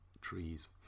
trees